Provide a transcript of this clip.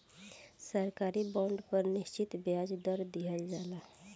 सरकारी बॉन्ड पर निश्चित ब्याज दर दीहल जाला